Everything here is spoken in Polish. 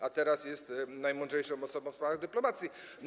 A teraz jest najmądrzejszą osobą w sprawach dyplomacji.